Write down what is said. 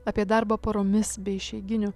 apie darbą paromis be išeiginių